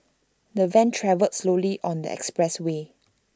the van travelled slowly on the expressway